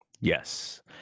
Yes